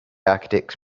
architects